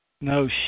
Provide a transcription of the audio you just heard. No